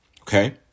okay